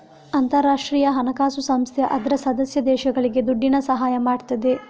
ಅಂತಾರಾಷ್ಟ್ರೀಯ ಹಣಕಾಸು ಸಂಸ್ಥೆ ಅದ್ರ ಸದಸ್ಯ ದೇಶಗಳಿಗೆ ದುಡ್ಡಿನ ಸಹಾಯ ಮಾಡ್ತದೆ